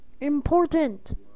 Important